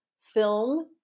film